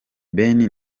ben